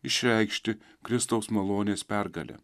išreikšti kristaus malonės pergalę